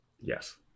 Yes